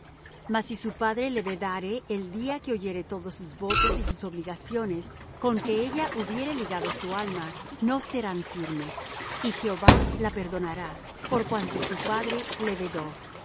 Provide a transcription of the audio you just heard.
mas si su padre le vedare el día que oyere todos sus votos y sus obligaciones con que ella hubiere ligado su alma no serán firmes y jehová la perdonará por cuanto su padre le vedó